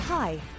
Hi